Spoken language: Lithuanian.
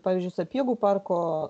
pavyzdžiui sapiegų parko